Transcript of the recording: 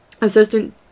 Assistant